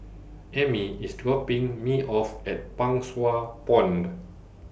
Emmie IS dropping Me off At Pang Sua Pond